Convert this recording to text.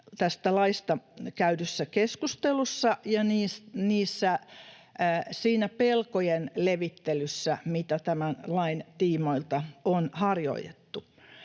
tästä laista käydyssä keskustelussa ja siinä pelkojen levittelyssä, mitä tämän lain tiimoilta on harjoitettu.